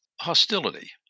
hostility